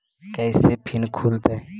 कैसे फिन खुल तय?